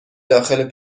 داخل